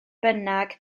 bynnag